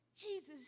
Jesus